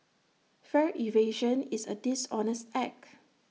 fare evasion is A dishonest act